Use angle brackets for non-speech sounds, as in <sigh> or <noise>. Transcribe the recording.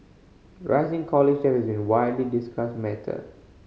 rising college debt <unintelligible> a widely discussed matter